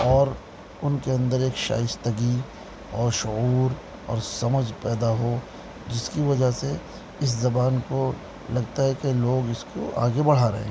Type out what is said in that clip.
اور ان کے اندر ایک شائستگی اور شعور اور سمجھ پیدا ہو جس کی وجہ سے اس زبان کو لگتا ہے کہ لوگ اس کو آگے بڑھا رہے ہیں